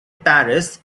paris